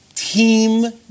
Team